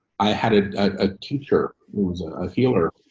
i had ah a cure, was a feeler.